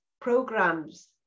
programs